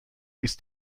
ist